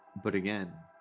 but again,